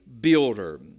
builder